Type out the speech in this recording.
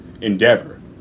endeavor